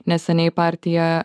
neseniai partija